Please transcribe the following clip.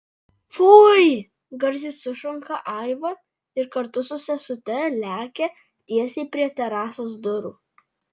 fui garsiai sušunka aiva ir kartu su sesute lekia tiesiai prie terasos durų